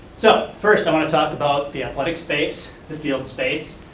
so, first i want to talk about the athletic space, the field space,